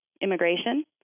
immigration